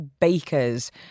bakers